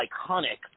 iconic